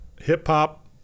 hip-hop